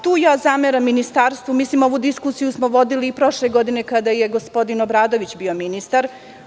Tu ja zameram Ministarstvu, ovu diskusiju smo vodili i prošle godine kada je gospodin Obradović bio ministar.